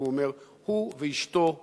והוא אומר שהוא ואשתו עובדים,